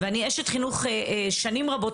ואני אשת חינוך שנים רבות,